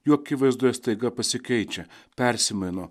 jo akivaizdoje staiga pasikeičia persimaino